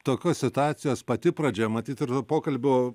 tokios situacijos pati pradžia matyt ir pokalbio